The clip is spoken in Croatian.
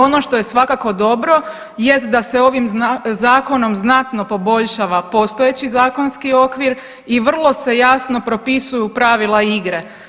Ono što je svakako dobro jest da se ovim zakonom znatno poboljšava postojeći zakonski okvir i vrlo se jasno propisuju pravila igre.